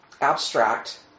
abstract